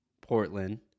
portland